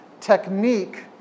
technique